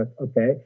okay